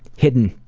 hidden,